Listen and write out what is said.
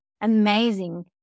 amazing